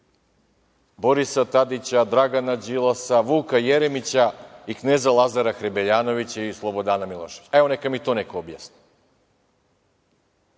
Borisa Tadića, Dragana Đilasa, Vuka Jeremića i kneza Lazara Hrebeljanovića i Slobodana Miloševića, evo neka mi to neko objasni?